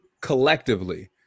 collectively